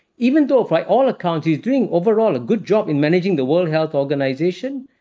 even though by all accounts, he's doing overall a good job in managing the world health organization,